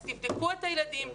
אז תבדקו את הילדים,